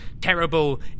terrible